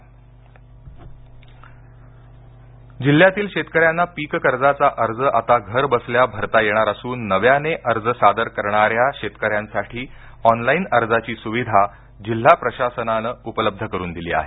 पीककर्ज नाशिक जिल्ह्यातील शेतकण्यांना पीककर्जाचा अर्ज आता घरबसल्या भरता येणार असून नव्याने अर्ज सादर करणाऱ्या शेतकऱ्यासाठी साठी ऑनलाइन अर्जाची सुविधा जिल्हा प्रशासनाने उपलब्ध करून दिली आहे